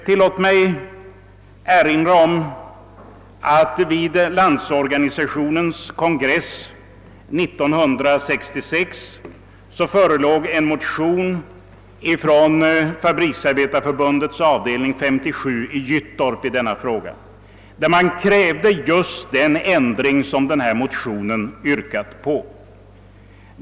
Tillåt mig erinra om, att det vid Landsorganisationens kongress 1966 förelåg en motion från Fabriksarbetareförbundets avdelning 57 i Gyttorp i denna fråga, vari man krävde just den ändring som denna motion yrkar på.